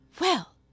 Well